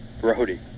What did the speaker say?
Brody